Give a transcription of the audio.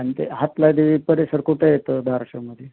आणि ते हातला देवी परिसर कुठं येतं धाराशिवमध्ये